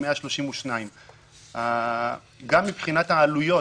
עם 132. גם מבחינת העלויות,